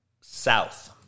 South